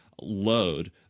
load